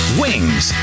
wings